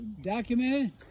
Documented